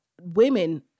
women